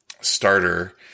starter